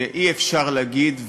ואי-אפשר להגיד,